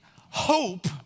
Hope